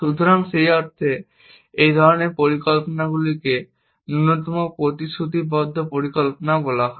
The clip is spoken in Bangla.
সুতরাং সেই অর্থে এই ধরণের পরিকল্পনাকে ন্যূনতম প্রতিশ্রুতিবদ্ধ পরিকল্পনাও বলা হয়